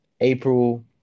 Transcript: April